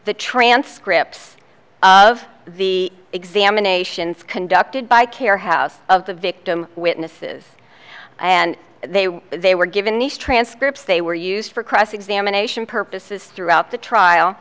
the transcripts of the examinations conducted by care house of the victim witnesses and they were they were given these transcripts they were used for cross examination purposes throughout the trial